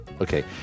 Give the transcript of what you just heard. Okay